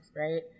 right